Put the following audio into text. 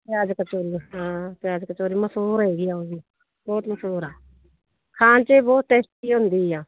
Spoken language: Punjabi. ਪਿਆਜ਼ ਕਚੋਰੀ ਹਾਂ ਪਿਆਜ਼ ਕਚੋਰੀ ਮਸੂਰ ਹੈਗੀਆਂ ਉਹ ਵੀ ਬਹੁਤ ਮਸੂਰ ਆ ਖਾਣ 'ਚ ਵੀ ਬਹੁਤ ਟੇਸਟੀ ਹੁੰਦੀ ਆ